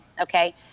Okay